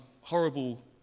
horrible